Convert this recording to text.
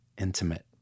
intimate